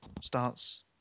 starts